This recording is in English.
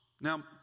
Now